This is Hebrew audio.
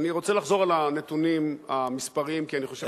אני רוצה לחזור על הנתונים המספריים כי אני חושב,